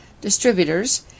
distributors